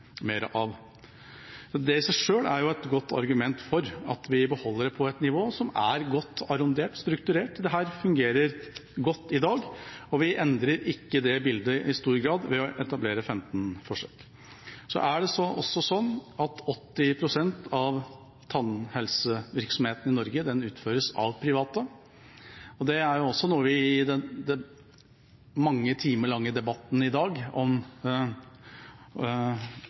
mer av. Det i seg selv er jo et godt argument for at vi beholder det på et nivå som er godt strukturert. Dette fungerer godt i dag, og vi endrer ikke det bildet i stor grad ved å etablere 15 forsøk. Det er slik at 80 pst. av tannhelsevirksomheten i Norge utføres av private, og det er mange private aktører som gir et godt bidrag til pasientens beste, noe vi har hørt i den mange timer lange debatten i dag om